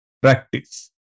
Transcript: practice